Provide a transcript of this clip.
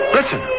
Listen